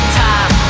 time